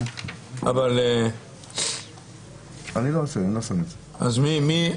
על פי התקנון אתה לא חייב להיות ענייני,